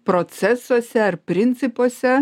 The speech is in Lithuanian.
procesuose ar principuose